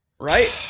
Right